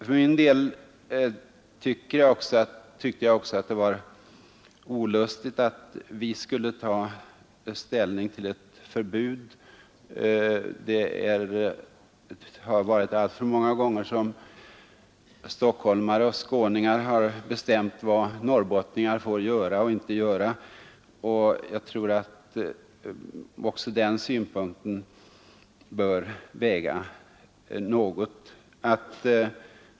För min del tyckte jag också att det var olustigt att vi skulle ta ställning till ett förbud som i stort sett blir geografiskt begränsat. Det har alltför många gånger hänt att stockholmare och skåningar bestämt vad norrbottningar får göra och inte göra. Också den synpunkten bör väga något.